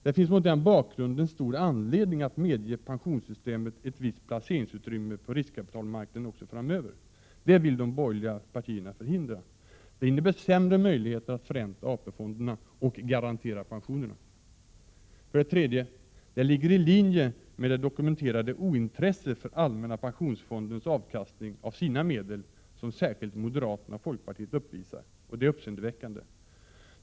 Mot den bakgrunden finns det stor anledning att även framöver medge pensionssystemet ett visst placeringsutrymme på riskkapitalmarknaden. Det vill de borgerliga partierna förhindra. Det innebär sämre möjligheter att förränta AP-fonderna och garantera pensionerna. Detta ligger i linje med det dokumenterade ointresse för allmänna pensionsfondens avkastning på sina medel som särskilt moderaterna och folkpartiet uppvisar, vilket är uppseendeväckande.